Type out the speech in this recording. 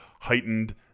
heightened